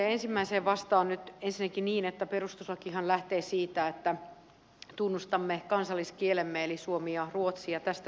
ensimmäiseen vastaan nyt ensinnäkin niin että perustuslakihan lähtee siitä että tunnustamme kansalliskielemme eli suomen ja ruotsin